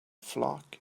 flock